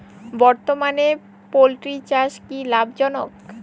বর্তমানে পোলট্রি চাষ কি লাভজনক?